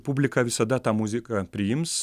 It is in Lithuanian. publika visada tą muziką priims